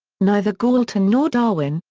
neither galton nor darwin,